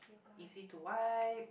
easy to wipe